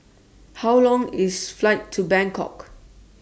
How Long IS Flight to Bangkok